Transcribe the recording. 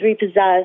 repossessed